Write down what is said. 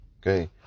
Okay